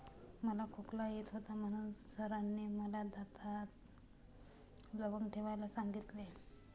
मला खोकला येत होता म्हणून सरांनी मला दातात लवंग ठेवायला सांगितले